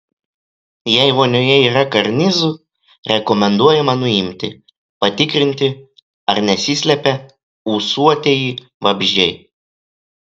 jei vonioje yra karnizų rekomenduojama nuimti patikrinti ar nesislepia ūsuotieji vabzdžiai